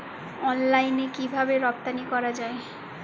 অনলাইনে কিভাবে রপ্তানি করা যায়?